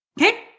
Okay